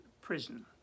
prison